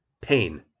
Pain